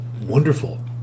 wonderful